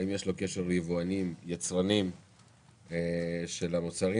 האם יש לו קשר ליבואנים ויצרנים של המוצרים